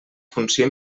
funció